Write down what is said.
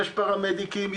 יש פרמדיקים,